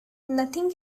nothing